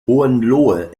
hohenlohe